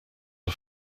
are